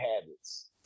habits